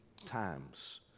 times